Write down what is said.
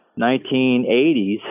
1980s